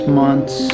months